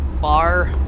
bar